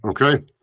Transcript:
Okay